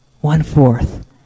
One-fourth